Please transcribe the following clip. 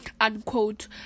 unquote